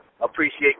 appreciate